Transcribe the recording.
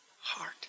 heart